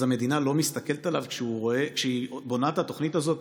אז המדינה לא מסתכלת עליו כשהיא בונה את התוכנית הזאת,